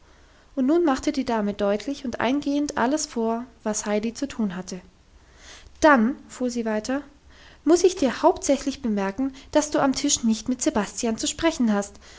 und nun machte die dame deutlich und eingehend alles vor was heidi zu tun hatte dann fuhr sie weiter muss ich dir hauptsächlich bemerken dass du am tisch nicht mit sebastian zu sprechen hast